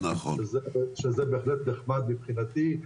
שזה בהחלט נחמד מבחינתי.